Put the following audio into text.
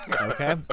Okay